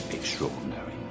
extraordinary